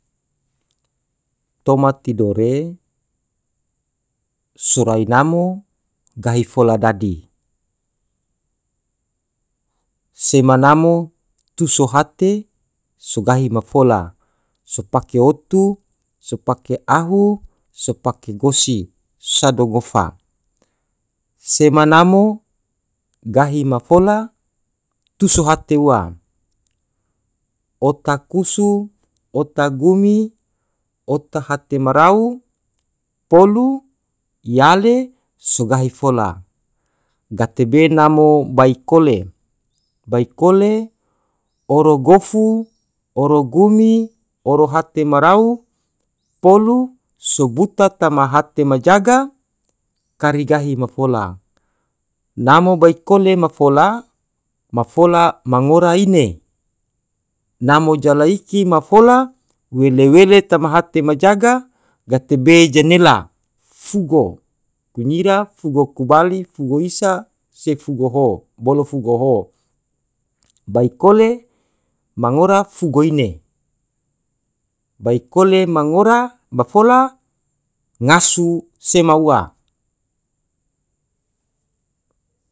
toma tidore sorai namo gahi fola dadi sema namo tuso hate so gahi ma fola sopake otu. so pake ahu, so pake gosi sado ngofa sema namo gahi ma fola tuso hate ua ota kusu. ota gumi. ota hate ma rau polu. yale so gahi fola gate be namo baikole, baikole oro gofu oro gumi oro hate ma rau polu sebuta tama hete ma jaga kari gahi ma fola namo baikole ma fola ma fola ma ngora ine namo jala iki ma fola wele wele toma hate ma jaga gate be jenela fugo kunyira fugo kubali fugo isa se fugo ho- bolo fugo ho baikole mangora fugo ine baikole mangora ma fola ngasu sema ua.